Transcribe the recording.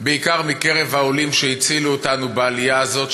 בעיקר מקרב העולים שהצילו אותנו בעלייה הזאת,